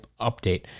update